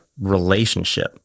relationship